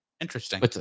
Interesting